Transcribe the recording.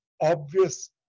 obvious